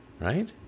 right